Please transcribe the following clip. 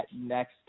next